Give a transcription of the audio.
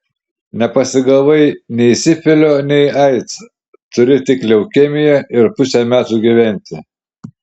nepasigavai nei sifilio nei aids turi tik leukemiją ir pusę metų gyventi